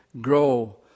grow